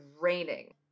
raining